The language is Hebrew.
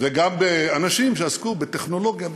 וגם באנשים שעסקו בטכנולוגיה,